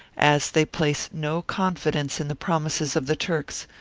as they place no confidence in the promises of the turks,